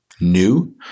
new